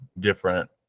different